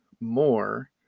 more